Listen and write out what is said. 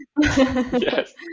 Yes